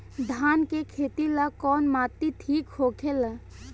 धान के खेती ला कौन माटी ठीक होखेला?